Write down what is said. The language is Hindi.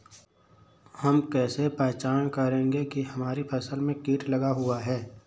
हम कैसे पहचान करेंगे की हमारी फसल में कीट लगा हुआ है?